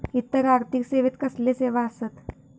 इतर आर्थिक सेवेत कसले सेवा आसत?